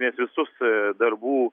nes visus darbų